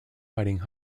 fighting